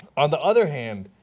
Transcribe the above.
on the other hand,